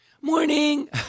Morning